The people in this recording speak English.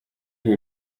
who